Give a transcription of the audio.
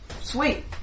Sweet